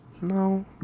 No